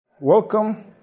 Welcome